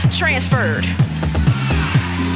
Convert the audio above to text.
transferred